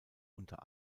unter